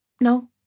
No